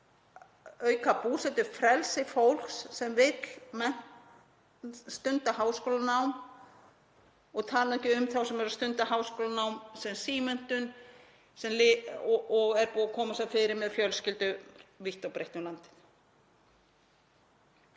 auka búsetufrelsi fólks sem vill stunda háskólanám, og ég tala nú ekki um þá sem eru að stunda háskólanám í símenntun og eru búnir að koma sér fyrir með fjölskyldu vítt og breitt um landið.